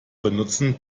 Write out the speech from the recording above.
benutzen